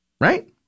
Right